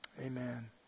Amen